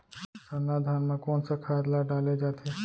सरना धान म कोन सा खाद ला डाले जाथे?